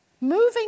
Moving